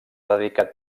dedicat